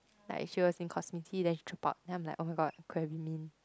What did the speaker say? like she was in Kozminski then she dropped out then I'm like oh my god could have been me